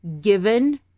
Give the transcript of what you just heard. given